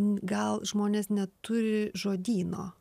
gal žmonės neturi žodyno